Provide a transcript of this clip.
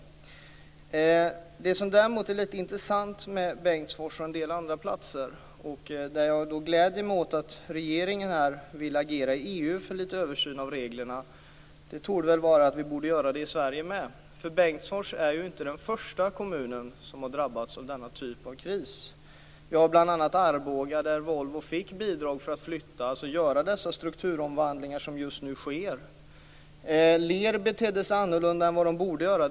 Det som är intressant med Bengtsfors och del andra platser är att regeringen vill agera i EU för en översyn av reglerna. Det gläder mig. Det tyder väl på att vi borde göra det i Sverige också. Bengtsfors är ju inte den första kommunen som har drabbats av denna typ av kris. Vi har bl.a. Arboga där Volvo fick bidrag för att flytta och göra de strukturomvandlingar som just nu sker. Vi är överens om att Lear betedde sig annorlunda än vad de borde göra.